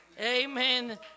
Amen